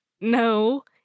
No